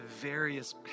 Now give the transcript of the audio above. various